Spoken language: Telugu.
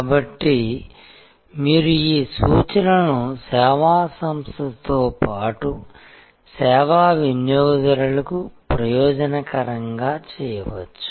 కాబట్టి మీరు ఈ సూచనలను సేవా సంస్థతో పాటు సేవా వినియోగదారులకు ప్రయోజనకరంగా చేయవచ్చు